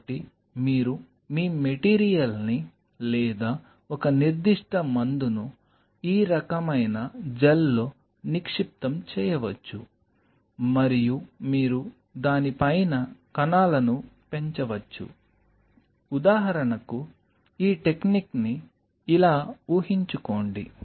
కాబట్టి మీరు మీ మెటీరియల్ని లేదా ఒక నిర్దిష్ట మందును ఈ రకమైన జెల్లో నిక్షిప్తం చేయవచ్చు మరియు మీరు దాని పైన కణాలను పెంచవచ్చు ఉదాహరణకు ఒక టెక్నిక్ని ఇలా ఊహించుకోండి